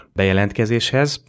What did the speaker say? bejelentkezéshez